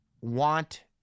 want